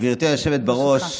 גברתי היושבת בראש,